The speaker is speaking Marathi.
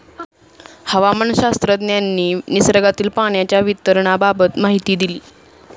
हवामानशास्त्रज्ञांनी निसर्गातील पाण्याच्या वितरणाबाबत माहिती दिली